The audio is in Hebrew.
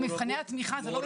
מבחני התמיכה זה לא בבסיס התקציב.